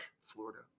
Florida